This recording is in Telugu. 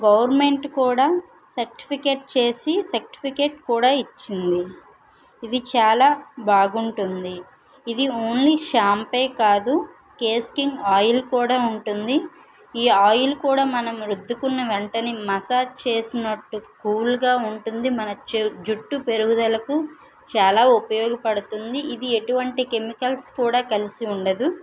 గవర్నమెంట్ కూడా సర్టిఫికెట్ చేసి సర్టిఫికెట్ కూడా ఇచ్చింది ఇది చాలా బాగుంటుంది ఇది ఓన్లీ షాంపే కాదు కేస్ కింగ్ ఆయిల్ కూడా ఉంటుంది ఈ ఆయిల్ కూడా మనం రుద్దుకున్న వెంటనే మసాజ్ చేసినట్టు కూల్ గా ఉంటుంది మన చ జుట్టు పెరుగుదలకు చాలా ఉపయోగపడుతుంది ఇది ఎటువంటి కెమికల్స్ కూడా కలిసి ఉండదు